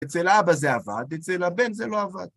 אצל האבא זה עבד, אצל הבן זה לא עבד.